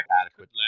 Adequate